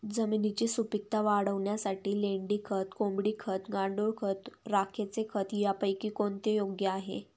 जमिनीची सुपिकता वाढवण्यासाठी लेंडी खत, कोंबडी खत, गांडूळ खत, राखेचे खत यापैकी कोणते योग्य आहे?